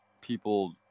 people